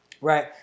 Right